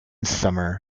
summer